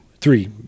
three